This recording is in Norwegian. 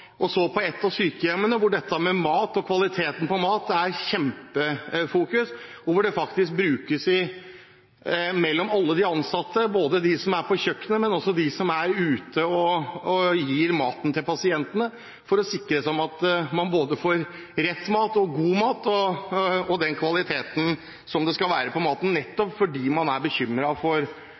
et av sykehjemmene hvor dette med mat og kvaliteten på mat er i kjempefokus, og hvor det faktisk brukes blant alle de ansatte, både dem som er på kjøkkenet og dem som er ute og gir maten til pasientene, for å sikre at man får både rett mat, god mat og den kvaliteten som det skal være på maten – nettopp fordi man er bekymret for